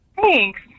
Thanks